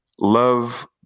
love